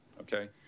okay